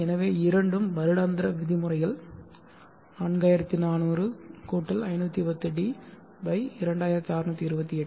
எனவே இரண்டும் வருடாந்திர விதிமுறைகள் 4400 510 டி 2628